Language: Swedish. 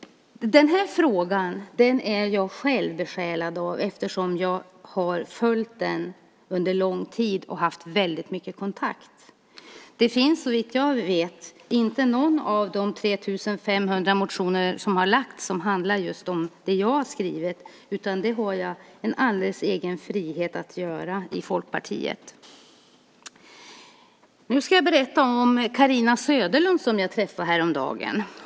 Den här frågan är jag själv besjälad av eftersom jag har följt den under lång tid och haft väldigt många kontakter. Såvitt jag vet handlar inte någon av de 3 500 motioner som har väckts om just det jag har skrivit om, utan det har jag en alldeles egen frihet att göra i Folkpartiet. Nu ska jag berätta om Carina Söderlund som jag träffade häromdagen.